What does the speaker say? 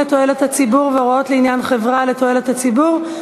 לתועלת הציבור והוראות לעניין חברה לתועלת הציבור),